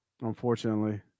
Unfortunately